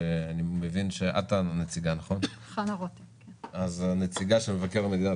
שאני מבין שחנה רותם היא הנציגה שלו כאן.